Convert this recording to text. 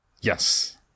Yes